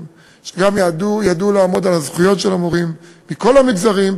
שגם ידעו לעמוד על הזכויות של המורים מכל המגזרים,